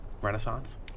Renaissance